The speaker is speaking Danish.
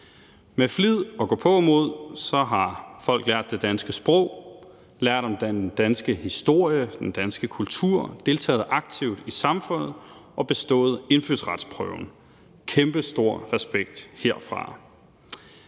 Med flid og gåpåmod har folk lært det danske sprog, lært om den danske historie, den danske kultur, deltaget aktivt i samfundet og bestået indfødsretsprøven. Kæmpestor respekt herfra